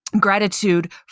gratitude